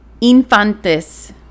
infantes